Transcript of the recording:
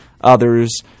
others